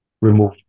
remove